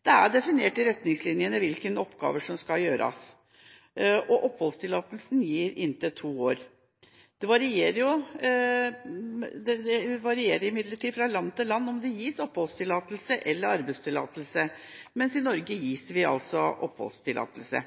Det er definert i retningslinjene hvilke oppgaver som skal gjøres, og oppholdstillatelse gis for inntil to år. Det varierer imidlertid fra land til land om det gis oppholdstillatelse eller arbeidstillatelse, mens vi i Norge